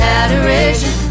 adoration